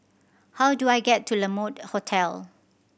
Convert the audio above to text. how do I get to La Mode Hotel